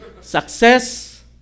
Success